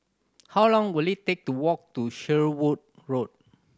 how long will it take to walk to Shenvood Road